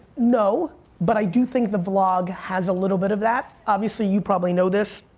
no but i do think the vlog has a little bit of that. obviously, you probably know this.